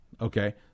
Okay